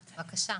בבקשה.